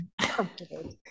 comfortable